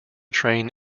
train